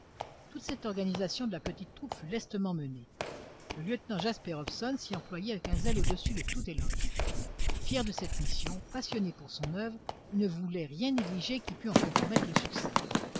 toute cette organisation de la petite troupe fut lestement menée le lieutenant jasper hobson s'y employait avec un zèle au-dessus de tout éloge fier de cette mission passionné pour son oeuvre il ne voulait rien négliger qui pût en compromettre le succès